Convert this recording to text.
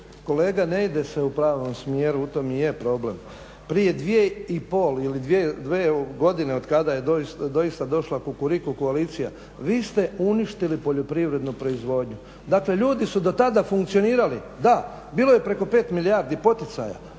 Kolega ne ide se u pravom smjeru u tome i je problem. Prije dvije i pol ili dvije godine od kada je doista došla Kukuriku koalicija vi ste uništili poljoprivrednu proizvodnju. Dakle, ljudi su do tada funkcionirali. Da, bilo je preko 5 milijardi poticaja.